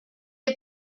est